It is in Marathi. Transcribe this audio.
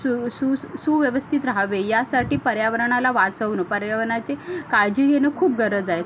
सु सु सुश सुव्यवस्थित राहावे यासाठी पर्यावरणाला वाचवणं पर्यावरणाची काळजी घेणं खूप गरज आहे